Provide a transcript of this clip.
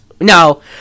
No